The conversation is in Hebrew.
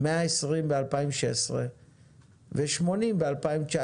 120 ב-2016 ו-80 ב-2019,